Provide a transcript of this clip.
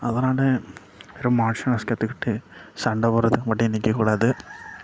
அதனால் வெறும் martial arts கற்றுகிட்டு சண்டை போடுகிறதுக்கு மட்டும் நிற்கக்கூடாது